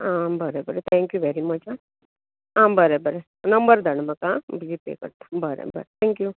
आं बरें बरें थँक्यू वॅरी मच हां आं बरें बरें नंबर धाड आं म्हाका जी पॅ करपाक बरें बरें थँक्यू